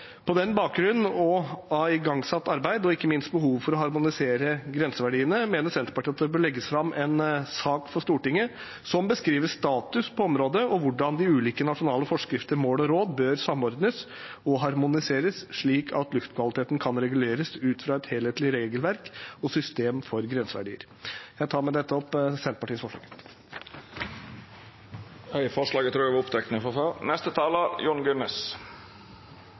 På bakgrunn av det igangsatte arbeidet og ikke minst behovet for å harmonisere grenseverdiene, mener Senterpartiet at det bør legges fram en sak for Stortinget som beskriver status på området og hvordan de ulike nasjonale forskrifter, mål og råd bør samordnes og harmoniseres slik at luftkvaliteten kan reguleres ut fra et helhetlig regelverk og system for grenseverdier. Verdens viktigste oppgave er å redusere klimagassutslippene. Dette